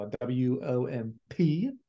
w-o-m-p